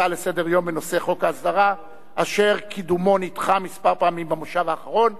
חוק ההסדרה אשר קידומו נדחה כמה פעמים בכנס האחרון.